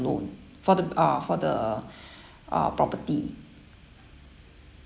loan for the uh for the uh property